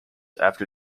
after